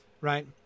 right